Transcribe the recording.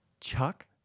Chuck